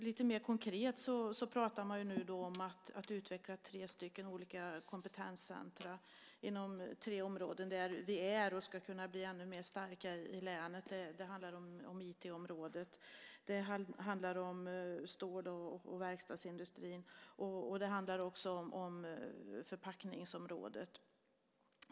Lite mer konkret pratar man ju nu om att utveckla tre stycken olika kompetenscentrum inom tre områden där vi är starka och skulle kunna bli ännu starkare i länet. Det handlar om IT-området, stål och verkstadsindustrin och förpackningsområdet.